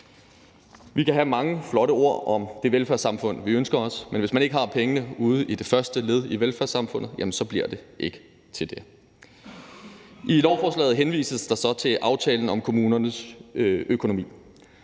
Vi kan komme med mange flotte ord om det velfærdssamfund, vi ønsker os, men hvis man ikke har pengene ude i det første led i velfærdssamfundet, jamen så bliver det ikke til det. I lovforslaget henvises der så til udligningsaftalen og aftalen om kommunernes økonomi.